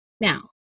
Now